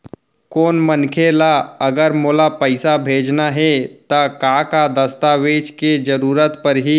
कोनो मनखे ला अगर मोला पइसा भेजना हे ता का का दस्तावेज के जरूरत परही??